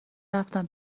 رفتم